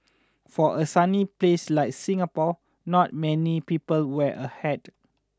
for a sunny place like Singapore not many people wear a hat